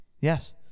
yes